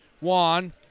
Juan